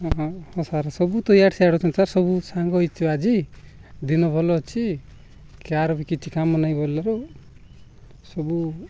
ହଁ ହଁ ହଁ ସାର୍ ସବୁ ତ ଏଆଡ଼େ ସେଆଡ଼େ ହେଉଛନ୍ତି ସାର୍ ସବୁ ସାଙ୍ଗ ହୋଇଛୁ ଆଜି ଦିନ ଭଲ ଅଛି କାହାର ବି କିଛି କାମ ନାହିଁ ବୋଇଲାରୁ ସବୁ